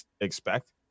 expect